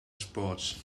sports